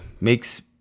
Makes